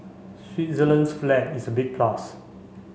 Switzerland's flag is a big plus